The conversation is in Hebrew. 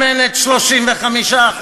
שמנת 35%,